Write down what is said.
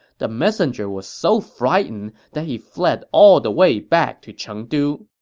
the messenger was so frightened that he fled all the way back to chengdu.